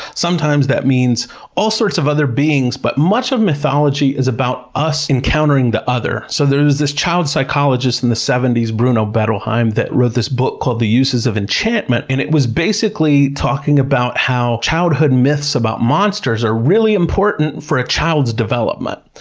sometimes that means all sorts of other beings, but much of mythology is about us encountering the other. so there was this child psychologists and the seventies, bruno bettelheim, that wrote this book called the uses of enchantment, and it was basically talking about how childhood myths about monsters are really important for a child's development.